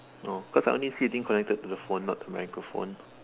oh cause I only see the thing connected to the phone not to the microphone